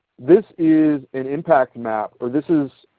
this is an impact map, or this is